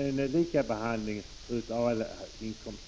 alla inkomsttagare behandlas lika.